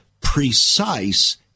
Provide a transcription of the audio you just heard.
precise